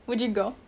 would you go